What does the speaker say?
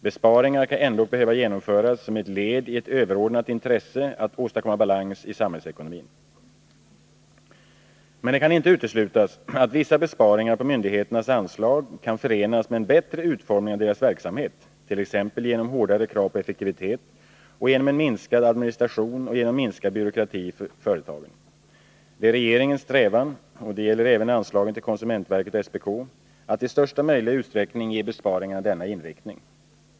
Besparingar kan ändock behöva genomföras som ett led i ett överordnat intresse att åstadkomma balans i samhällsekonomin. Men det kan inte uteslutas att vissa besparingar på myndigheternas anslag kan förenas med en bättre utformning av deras verksamhet t.ex. genom hårdare krav på effektivitet och genom en minskad administration och genom minskad byråkrati för företagen. Det är regeringens strävan — och detta gäller även anslagen till konsumentverket och SPK -— att i största möjliga utsträckning ge besparingarna denna inriktning.